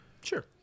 Sure